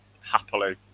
happily